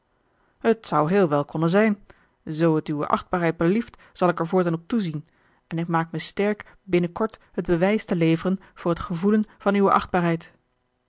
het zou heel wel konnen zijn zoo het uwe achtbaarheid belieft zal ik er voortaan op toezien en maak me sterk binnen kort het bewijs te leveren voor het gevoelen van uwe achtbaarheid